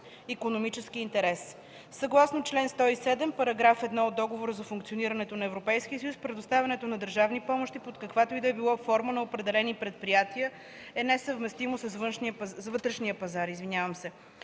икономически интерес. Съгласно чл. 107, параграф 1 от Договора за функционирането на Европейския съюз предоставянето на държавни помощи под каквато и да било форма на определени предприятия е несъвместимо с вътрешния пазар. По силата на